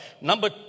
Number